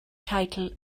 teitl